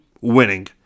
winning